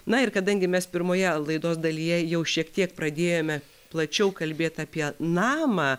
na ir kadangi mes pirmoje laidos dalyje jau šiek tiek pradėjome plačiau kalbėt apie namą